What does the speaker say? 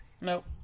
Nope